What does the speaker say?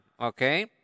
Okay